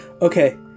okay